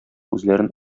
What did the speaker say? үзләрен